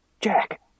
Jack